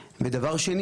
ו-ב',